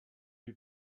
lui